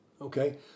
Okay